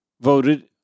voted